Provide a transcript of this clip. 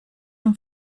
and